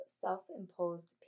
self-imposed